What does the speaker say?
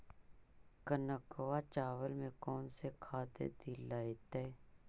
कनकवा चावल में कौन से खाद दिलाइतै?